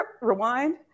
rewind